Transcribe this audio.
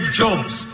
jobs